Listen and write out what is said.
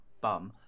bum